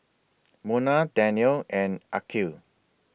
Munah Daniel and Aqil